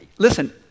Listen